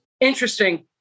Interesting